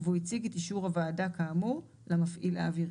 והציג אישור על כך למפעיל האווירי,